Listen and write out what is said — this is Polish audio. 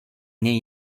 nie